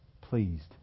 pleased